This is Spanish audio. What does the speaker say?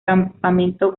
campamento